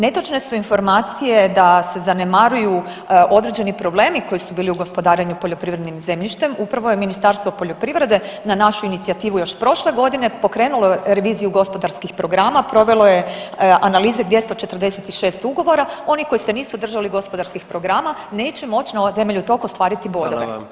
Netočne su informacije da se zanemaruju određeni problemi koji su bili u gospodarenju poljoprivrednim zemljištem, upravo je Ministarstvo poljoprivrede na našu inicijativu još prošle godine pokrenulo reviziju gospodarskih programa, provelo je analize 246 ugovora, oni koji se nisu držali gospodarskih programa neće moć na temelju tog ostvariti bodove.